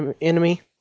enemy